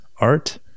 art